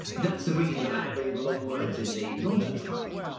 that's the reason that i had all the long words in the nonscience title.